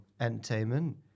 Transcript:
entertainment